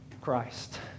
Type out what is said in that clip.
Christ